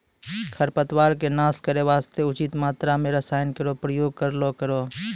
खरपतवारो क नाश करै वास्ते उचित मात्रा म रसायन केरो प्रयोग करलो करो